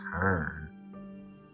turn